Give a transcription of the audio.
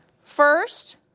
First